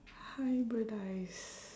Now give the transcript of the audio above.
hybridise